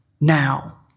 now